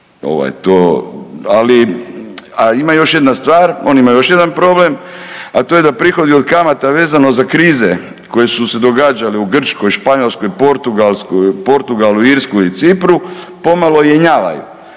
Ovaj, to, ali, a ima još jedna stvar, on ima još jedan problem, a to je da prihodi od kamata vezano za krize koje su se događale u Grčkoj, Španjolskoj, Portugalu, Irskoj i Cipru, pomalo jenjavaju,